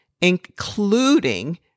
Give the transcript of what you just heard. including